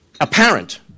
apparent